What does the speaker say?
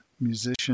musician